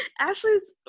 Ashley's